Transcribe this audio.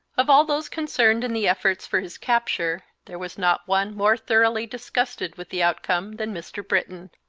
of all those concerned in the efforts for his capture there was not one more thoroughly disgusted with the outcome than mr. britton.